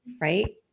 right